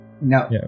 No